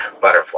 butterfly